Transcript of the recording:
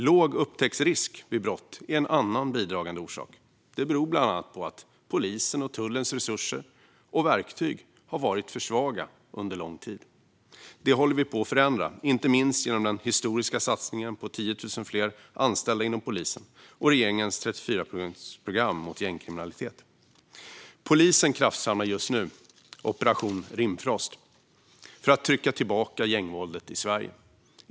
Låg upptäcktsrisk vid brott är en annan bidragande orsak. Detta beror bland annat på att polisens och tullens resurser och verktyg har varit för svaga under lång tid. Detta håller vi på att förändra, inte minst genom den historiska satsningen på 10 000 fler anställda inom polisen och regeringens 34-punktsprogram mot gängkriminalitet. Polisen kraftsamlar just nu genom Operation Rimfrost för att trycka tillbaka gängvåldet i Sverige.